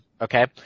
okay